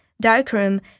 darkroom